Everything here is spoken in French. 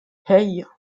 hey